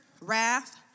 wrath